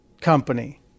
company